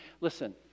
Listen